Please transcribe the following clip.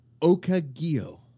Okagio